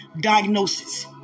diagnosis